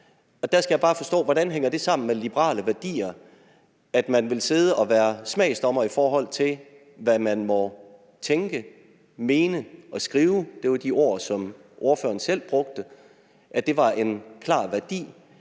Der skal jeg bare forstå, hvordan det hænger sammen med liberale værdier, at man vil sidde og være smagsdommer, i forhold til hvad man må tænke, mene og skrive – det var de ord, som ordføreren selv brugte – altså at det var en klar værdi,